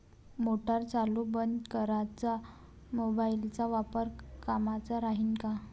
Motor चालू बंद कराच मोबाईलचा वापर कामाचा राहीन का?